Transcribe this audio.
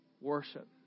worship